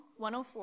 104